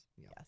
Yes